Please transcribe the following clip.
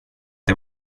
det